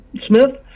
Smith